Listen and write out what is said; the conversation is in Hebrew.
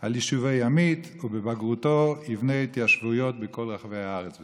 על יישובי ימית ובבגרותו יבנה התיישבות בכל רחבי הארץ,